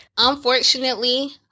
Unfortunately